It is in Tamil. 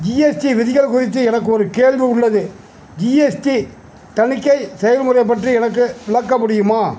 ஜிஎஸ்டி விதிகள் குறித்து எனக்கு ஒரு கேள்வி உள்ளது ஜிஎஸ்டி தணிக்கை செயல்முறை பற்றி எனக்கு விளக்க முடியுமா